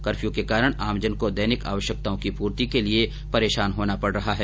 curfew के कारण आमजन को दैनिक आवश्यकताओं की पूर्ति के लिए परेशान होना पड़ रहा है